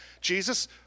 Jesus